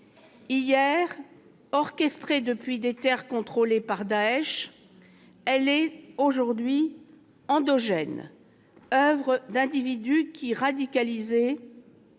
hier orchestrée depuis les terres contrôlées par Daesh, elle est aujourd'hui endogène, oeuvre d'individus qui, radicalisés,